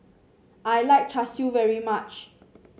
I like Char Siu very much